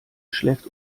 schläft